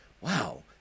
wow